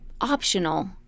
optional